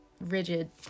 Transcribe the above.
rigid